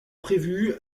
prévu